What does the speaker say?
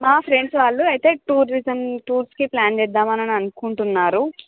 మా ఫ్రెండ్స్ వాళ్ళు అయితే టూరిజం టూర్స్కి ప్లాన్ చేద్దాం అని అనుకుంటున్నారు